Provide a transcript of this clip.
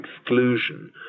exclusion